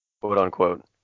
quote-unquote